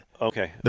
Okay